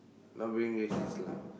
not being racist lah